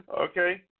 Okay